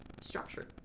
structured